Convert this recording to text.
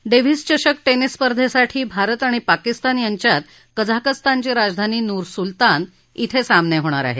Davis चषक tennis स्पर्धेसाठी भारत आणि पाकिस्तान यांच्यात कझाकस्तानची राजधानी नूर सूलतान के सामने होणार आहेत